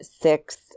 six